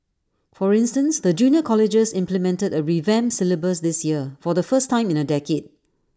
for instance the junior colleges implemented A revamped syllabus this year for the first time in A decade